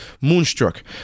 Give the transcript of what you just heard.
Moonstruck